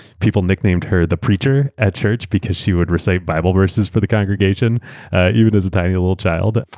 people nicknamed her the preacher at church because she would recite bible verses for the congregation even as a tiny little child.